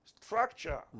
structure